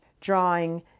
drawing